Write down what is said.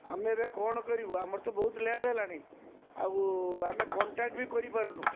ଆମେ ଏବେ କ'ଣ କରିବୁ ଆମର ତ ବହୁତ ଲେଟ୍ ହେଲାଣି ଆଉ ଆମେ କଣ୍ଟାକ୍ଟବି କରିପାରୁନୁ